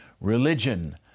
Religion